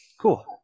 Cool